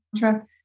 mantra